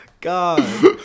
God